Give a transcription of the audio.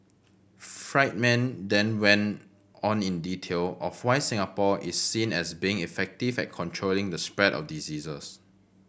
Friedman then went on in detail of why Singapore is seen as being effective at controlling the spread of diseases